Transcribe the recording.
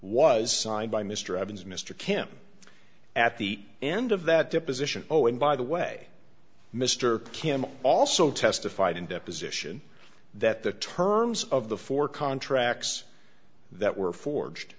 was signed by mr evans mr kim at the end of that deposition oh and by the way mr kim also testified in deposition that the terms of the four contracts that were forged